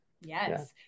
Yes